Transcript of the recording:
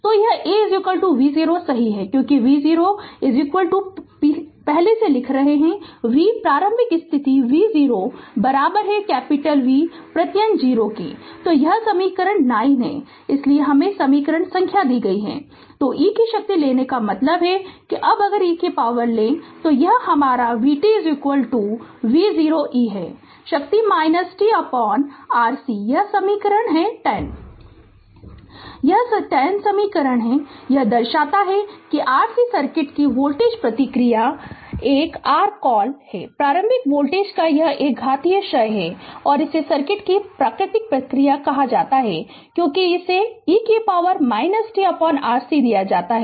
तो यह A v0 सही है क्योंकि v0 पहले लिख रहे हैं v प्रारंभिक स्थिति v0 capital V प्रत्यय 0 तो यह समीकरण 9 है इसलिए हमे समीकरण संख्या नहीं दी गई है तो e की शक्ति लेने का मतलब है कि अब अगर e की पॉवर ले लो तो यह हमारा vt v0 e है शक्ति tRC यह समीकरण है 10 Refer Slide Time 0955 यह समीकरण 10 का समीकरण है यह दर्शाता है कि RC सर्किट की वोल्टेज प्रतिक्रिया एक r कॉल है प्रारंभिक वोल्टेज का एक घातीय क्षय है और इसे सर्किट की प्राकृतिक प्रतिक्रिया कहा जाता है क्योंकि इसे e tRC दिया जाता है